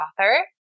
author